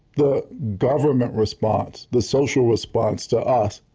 the government response, the social response to us